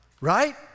right